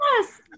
yes